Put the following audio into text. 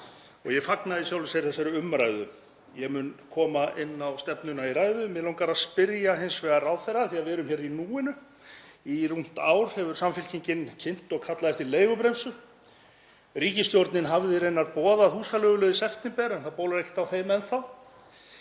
Ég fagna í sjálfu sér þessari umræðu. Ég mun koma inn á stefnuna í ræðu en mig langar að spyrja hins vegar ráðherra, af því að við erum hér í núinu. Í rúmt ár hefur Samfylkingin kynnt og kallað eftir leigubremsu. Ríkisstjórnin hafði raunar boðað húsaleigulög í september en það bólar ekkert á þeim enn þá.